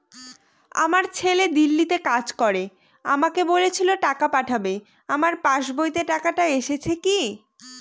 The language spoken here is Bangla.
আমার ছেলে দিল্লীতে কাজ করে আমাকে বলেছিল টাকা পাঠাবে আমার পাসবইতে টাকাটা এসেছে কি?